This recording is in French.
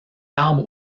arbre